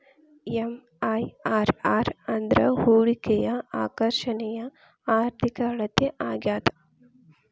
MIRR ಅಂದ್ರ ಹೂಡಿಕೆಯ ಆಕರ್ಷಣೆಯ ಆರ್ಥಿಕ ಅಳತೆ ಆಗ್ಯಾದ